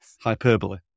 Hyperbole